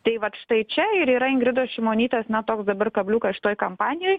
tai vat štai čia ir yra ingridos šimonytės na toks dabar kabliukas šitoj kampanijoj